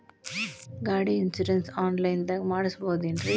ಗಾಡಿ insurance online ದಾಗ ಮಾಡಸ್ಬಹುದೆನ್ರಿ?